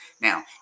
Now